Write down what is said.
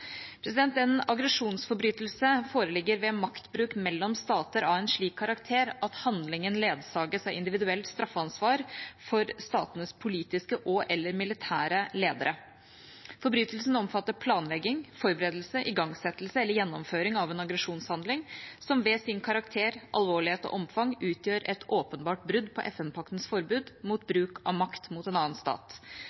En aggresjonsforbrytelse foreligger ved maktbruk mellom stater av en slik karakter at handlingen ledsages av individuelt straffansvar for statenes politiske og/eller militære ledere. Forbrytelsen omfatter planlegging, forberedelse og igangsettelse eller gjennomføring av en aggresjonshandling som ved sin karakter, alvorlighet og omfang utgjør et åpenbart brudd på FN-paktens forbud mot